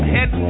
Head